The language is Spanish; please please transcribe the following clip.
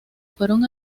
fueron